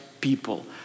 people